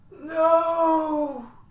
No